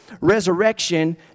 resurrection